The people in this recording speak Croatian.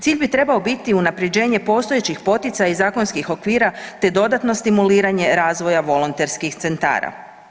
Cilj bi trebao biti unaprjeđenje postojećih poticaja i zakonskih okvira, te dodatno stimuliranje razvoja volonterskih centara.